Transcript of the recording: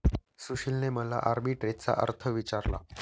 सुशीलने मला आर्बिट्रेजचा अर्थ विचारला